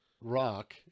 rock